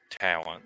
talent